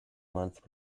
month